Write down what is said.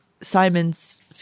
Simon's